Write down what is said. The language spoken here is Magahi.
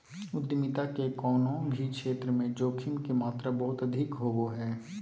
उद्यमिता के कउनो भी क्षेत्र मे जोखिम के मात्रा बहुत अधिक होवो हय